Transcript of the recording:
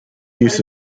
use